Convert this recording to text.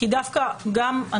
לחשוב על הפרט "מזהה ביומטרי".